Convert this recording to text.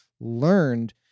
learned